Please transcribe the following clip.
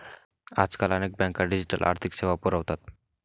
आजकाल अनेक बँका डिजिटल आर्थिक सेवा पुरवतात